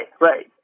right